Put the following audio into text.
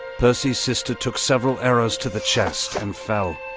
percy's sister took several arrows to the chest and fell.